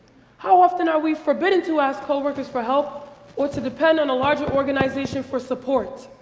how often are we forbidden to ask co-workers for help or to depend on a larger organization for support?